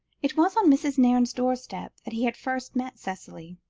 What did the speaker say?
it was on mrs. nairne's doorstep that he had first met cicely,